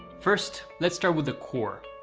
first let's start with the core.